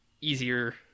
easier